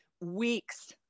weeks